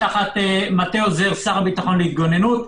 תחת מטה עוזר שר הביטחון להתגוננות.